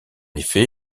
effet